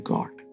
God